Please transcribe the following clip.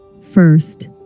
First